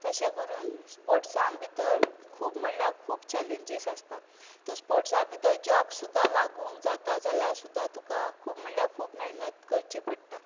तशें करून स्पोर्ट्सां भितर खूब म्हळ्ळ्या खूब चलेंजीस आसतात तूं स्पोर्ट्सां भितर जॉब सुद्दां लागूंक जाता जाल्या सुद्दां तुका खूब म्हळ्ळ्या खूब मेहनत करची पडटा